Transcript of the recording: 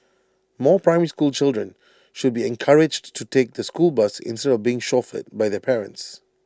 more primary school children should be encouraged to take the school bus instead of being chauffeured by the parents